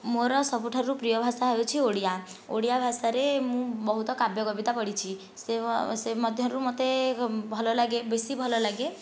ମୋର ସବୁଠାରୁ ପ୍ରିୟ ଭାଷା ହେଉଛି ଓଡ଼ିଆ ଓଡ଼ିଆ ଭାଷାରେ ମୁଁ ବହୁତ କାବ୍ୟ କବିତା ପଢ଼ିଛି ସେ ସେ ମଧ୍ୟରୁ ମୋତେ ଭଲ ଲାଗେ ବେଶୀ ଭଲ ଲାଗେ